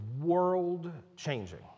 world-changing